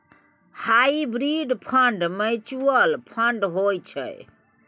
hybrid fund mutual fund होइ छै